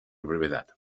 brevedad